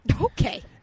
Okay